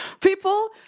People